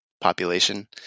population